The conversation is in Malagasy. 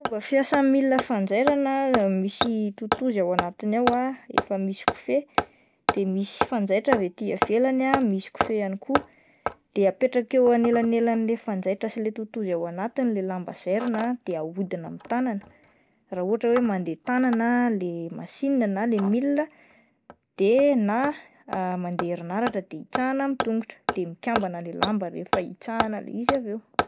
Fomba fiasan'ny milina fanjairana ah, misy totozy ao anaty ao efa misy kofehy de misy fanjaitra avy aty ivelany ah misy kofehy ihany koa, de apetraka eo anelan'elan'ilay fanjaitra sy le totozy ao anatiny ilay lamba zairina de ahodina amin'ny tanàna raha ohatra hoe mandeha tanàna ilay masina na ilay milina, de na mandeha herinaratra de hitsahina amin'ny tongotra de mikambana ilay lamba rehefa hitsahina ilay izy avy eo.